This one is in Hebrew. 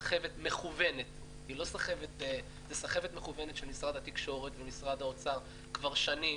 סחבת מכוונת של משרד התקשורת ושל משרד האוצר כבר שנים.